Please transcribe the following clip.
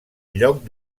lloc